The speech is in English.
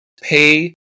pay